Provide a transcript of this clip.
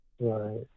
Right